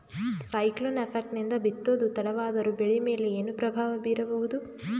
Cyclone effect ನಿಂದ ಬಿತ್ತೋದು ತಡವಾದರೂ ಬೆಳಿ ಮೇಲೆ ಏನು ಪ್ರಭಾವ ಬೀರಬಹುದು?